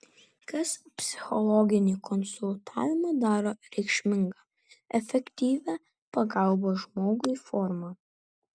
kas psichologinį konsultavimą daro reikšminga efektyvia pagalbos žmogui forma